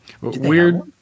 Weird